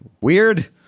weird